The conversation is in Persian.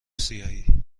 سیاهی